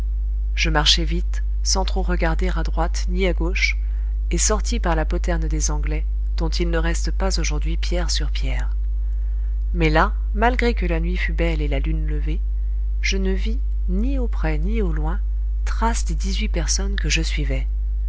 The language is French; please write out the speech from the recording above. je marchai vite sans trop regarder à droite ni à gauche et sortis par la poterne des anglais dont il ne reste pas aujourd'hui pierre sur pierre mais là malgré que la nuit fût belle et la lune levée je ne vis ni auprès ni au loin trace des dix-huit personnes que je suivais